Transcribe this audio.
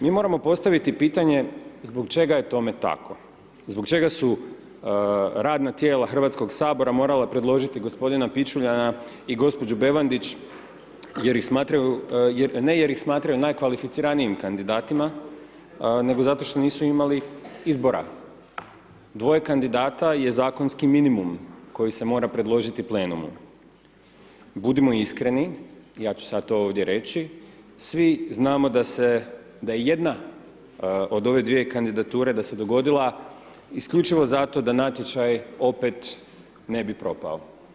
Mi moramo postaviti pitanje zbog čega je tome tako, zbog čega su radna tijela Hrvatskog sabora morala predložiti gospodina Pičuljana i gospođu Bevandić, jer ih smatraju, ne jer ih smatraju najkvalificiranijim kandidatima, nego zato što nisu imali izbora, 2 kandidata je zakonski minimum koji se mora predložiti plenumu, budimo iskreni ja ću sad to ovdje reći, svi znamo da se, da je jedna od ove dvije kandidature da se dogodila isključivo zato da natječaj opet ne bi propao.